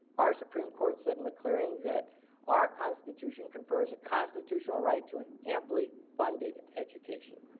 our supreme court said in mccleary that our constitution confers a constitutional right to an amply funded education.